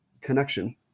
connection